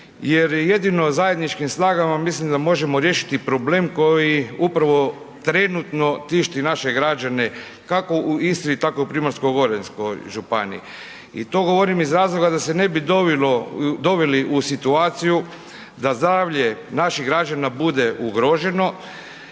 jer jedino zajedničkim snagama mislim da možemo riješiti problem koji upravo trenutno tišti naše građane, kako u Istri, tako u Primorsko-goranskoj županiji. I to govorim iz razloga da se ne bi doveli u situaciju da zdravlje naših građana bude ugroženo